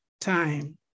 Time